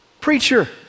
preacher